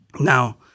Now